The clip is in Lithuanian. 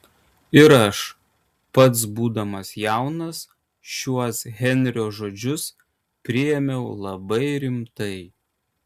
ir aš pats būdamas jaunas šiuos henrio žodžius priėmiau labai rimtai